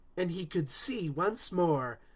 and he could see once more.